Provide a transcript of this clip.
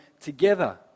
together